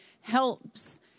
helps